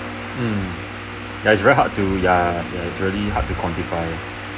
um ya it's very hard to ya ya it's really hard to quantify